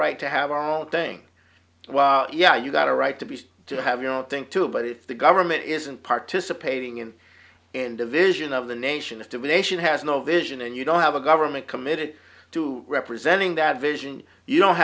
right to have our own thing yeah you got a right to be to have your think too but if the government isn't participating in an division of the nation if the relation has no vision and you don't have a government committed to representing that vision you don't